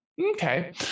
okay